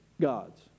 gods